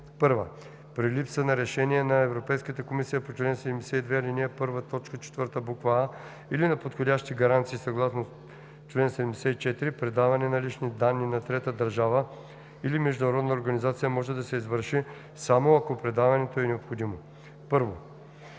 (1) При липса на решение на Европейската комисия по чл. 72, ал. 1, т. 4, буква „а“ или на подходящи гаранции съгласно чл. 74 предаване на лични данни на трета държава или международна организация може да се извърши само ако предаването е необходимо: 1.